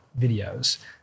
videos